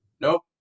Nope